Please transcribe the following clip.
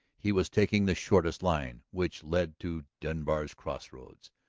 he was taking the shortest line which led to denbar's crossroads.